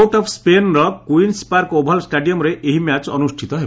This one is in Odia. ପୋର୍ଟ ଅଫ୍ ସ୍ୱେନ୍ର କୁଇନ୍ୱ ପାର୍କ ଓଭାଲ୍ ଷ୍ଟାଡିୟମ୍ରେ ଏହି ମ୍ୟାଚ୍ ଅନୁଷ୍ଠିତ ହେବ